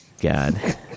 God